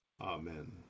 Amen